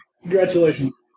Congratulations